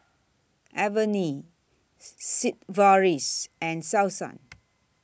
Avene Sigvaris and Selsun